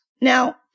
Now